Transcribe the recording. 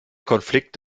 konflikt